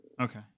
Okay